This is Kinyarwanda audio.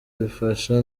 bifasha